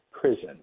prison